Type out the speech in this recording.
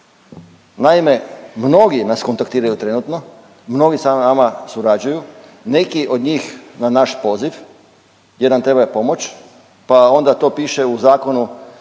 Naime, mnogi nas kontaktiraju trenutno, mnogi sa nama surađuju, neki od njih na naš poziv jer nam treba pomoć pa onda to piše u zakonu